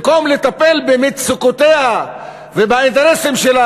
במקום לטפל במצוקותיה ובאינטרסים שלה